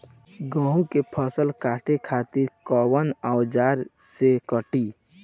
गेहूं के फसल काटे खातिर कोवन औजार से कटी?